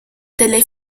delle